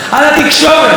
על התקשורת,